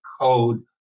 code